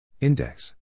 index